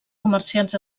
comerciants